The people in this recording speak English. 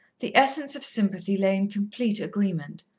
the essence of sympathy lay in complete agreement,